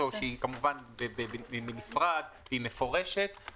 שהיא כמובן בנפרד והיא מפורשת,